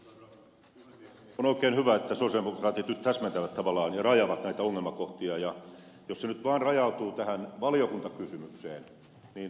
on oikein hyvä että sosialidemokraatit nyt tavallaan täsmentävät ja rajaavat näitä ongelmakohtia ja jos se nyt vaan rajautuu tähän valiokuntakysymykseen niin ed